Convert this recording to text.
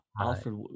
Alfred